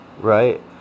right